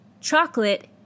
Chocolate